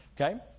Okay